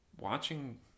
watching